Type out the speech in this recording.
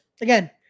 again